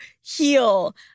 heal